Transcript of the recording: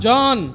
John